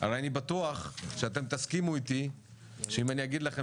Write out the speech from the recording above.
אבל אני בטוח שאתם תסכימו איתי שאם אני אגיד לכם